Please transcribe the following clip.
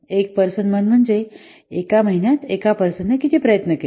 एक person month म्हणजे एका महिन्यात एका पर्सन ने किती प्रयत्न केले